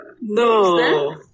No